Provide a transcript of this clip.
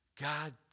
God